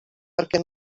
perquè